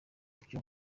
byo